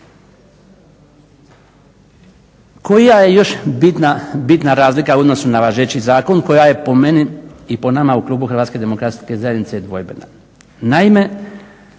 Koja je još bitna razlika u odnosu na važeći zakon koja je po meni i po nama u klubu Hrvatske demokratske zajednice dvojbena. Naime,